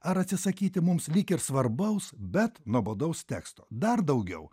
ar atsisakyti mums lyg ir svarbaus bet nuobodaus teksto dar daugiau